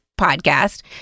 podcast